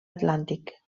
atlàntic